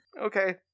Okay